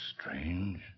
strange